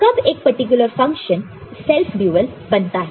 तो कब एक पर्टिकुलर फंक्शन सेल्फ ड्यूल बनता है